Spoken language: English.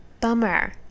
Bummer